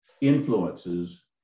influences